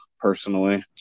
personally